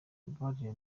mumbabarire